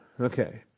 Okay